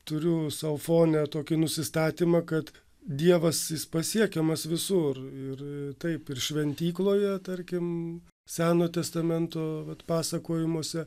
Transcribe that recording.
turiu sau fone tokį nusistatymą kad dievas jis pasiekiamas visur ir taip ir šventykloje tarkim seno testamento pasakojimuose